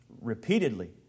repeatedly